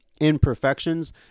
imperfections